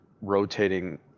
rotating